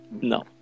No